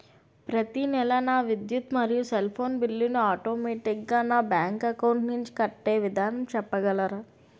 ప్రతి నెల నా విద్యుత్ మరియు సెల్ ఫోన్ బిల్లు ను ఆటోమేటిక్ గా నా బ్యాంక్ అకౌంట్ నుంచి కట్టే విధానం చెప్పగలరా?